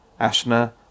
Ashna